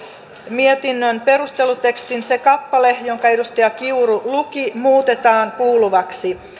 mietinnön perustelutekstin se kappale jonka edustaja kiuru luki muutetaan kuuluvaksi seuraavasti